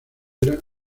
era